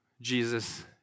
Jesus